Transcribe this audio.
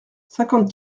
cinquante